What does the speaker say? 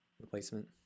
replacement